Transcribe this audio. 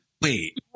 Wait